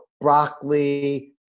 broccoli